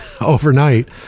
overnight